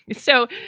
so,